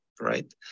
right